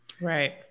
Right